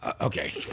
Okay